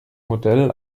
modell